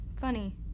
Funny